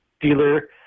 dealer